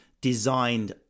designed